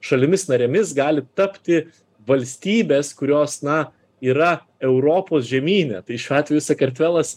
šalimis narėmis gali tapti valstybės kurios na yra europos žemyne tai šiuo atveju sakartvelas